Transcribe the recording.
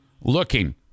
looking